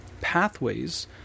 pathways